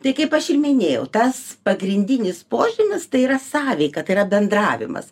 tai kaip aš ir minėjau tas pagrindinis požymis tai yra sąveika tai yra bendravimas